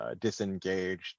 disengaged